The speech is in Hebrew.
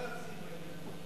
ולא להגזים בעניין,